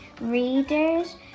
Readers